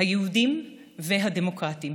היהודיים והדמוקרטיים.